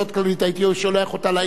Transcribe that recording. הייתי שולח אותה לאינטרנט.